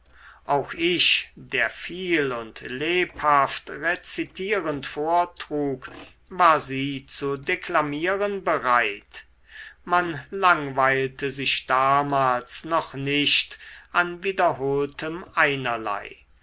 auch ich der viel und lebhaft rezitierend vortrug war sie zu deklamieren bereit man langweilte sich damals noch nicht an wiederholtem einerlei